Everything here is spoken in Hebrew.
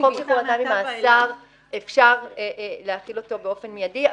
כי כל עוד הוא עדיין במאסר אפשר להפעיל אותו באופן מיידי.